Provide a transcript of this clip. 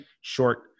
short